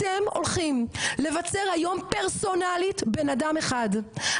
אתם הולכים לבצר היום פרסונלית בן אדם אחד,